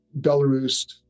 Belarus